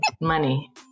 Money